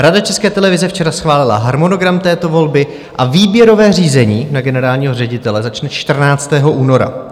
Rada České televize včera schválila harmonogram této volby a výběrové řízení na generálního ředitele začne 14. února.